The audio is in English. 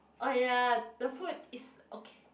oh ya the food is okay